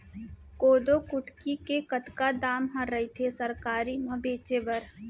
कोदो कुटकी के कतका दाम ह रइथे सरकारी म बेचे बर?